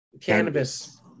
Cannabis